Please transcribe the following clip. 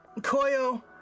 Koyo